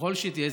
ככל שתהיה,